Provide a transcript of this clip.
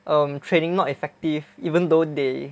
um training not effective even though they